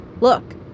Look